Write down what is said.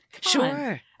Sure